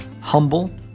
humble